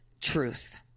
truth